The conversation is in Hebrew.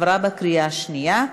התקבלה בקריאה שנייה.